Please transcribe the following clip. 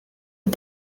but